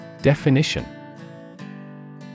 Definition